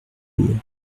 bourg